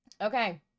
okay